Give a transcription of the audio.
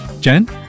Jen